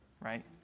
right